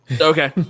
Okay